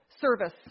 service